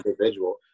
individual